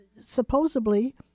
supposedly